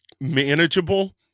manageable